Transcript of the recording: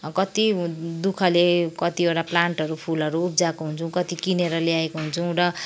अब कति दुःखले कतिवटा प्लान्टहरू फुलहरू उब्जाएको हुन्छौँ कति किनेर ल्याएको हुन्छौँ र